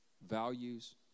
values